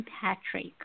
Patrick